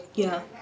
ya